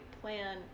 plan